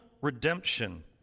redemption